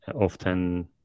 often